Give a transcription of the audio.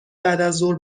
بعدازظهر